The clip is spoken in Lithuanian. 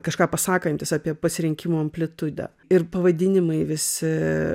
kažką pasakantis apie pasirinkimo amplitudę ir pavadinimai visi